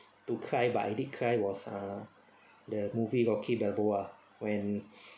to cry but I did cry was uh the movie rocky balboa when